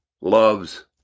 loves